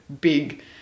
big